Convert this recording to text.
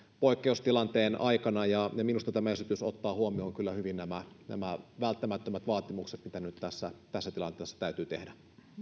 poikkeustilanteen aikana minusta tämä esitys ottaa huomioon kyllä hyvin nämä nämä välttämättömät vaatimukset mitä nyt tässä tässä tilanteessa täytyy tehdä